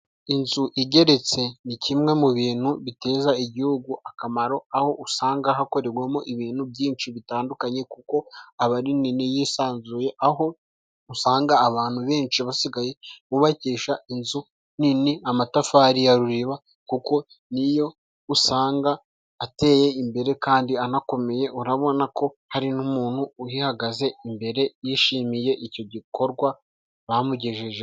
Inzu igeretse ni kimwe mu bintu biteza igihugu akamaro, aho usanga hakorerwamo ibintu byinshi bitandukanye kuko aba ari nini yisanzuye, aho usanga abantu benshi basigaye bubakisha inzu nini amatafari ya ruriba, kuko ni yo usanga ateye imbere kandi anakomeye. Urabona ko hari n'umuntu uyihagaze imbere yishimiye icyo gikorwa bamugejejeho.